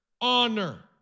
honor